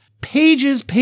pages